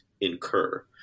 incur